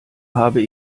habe